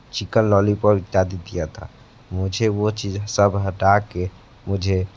chicken lollipop इत्यादि दिया था मुझे वो चीज सब हटाकर मुझे